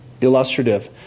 Illustrative